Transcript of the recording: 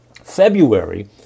February